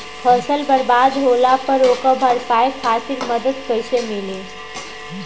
फसल बर्बाद होला पर ओकर भरपाई खातिर मदद कइसे मिली?